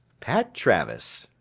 pat travis,